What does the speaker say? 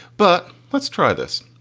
but let's try this.